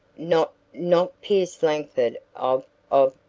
not not pierce langford of of?